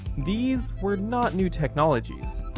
these, were not new technologies.